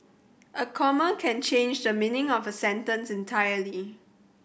a comma can change the meaning of a sentence entirely